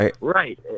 Right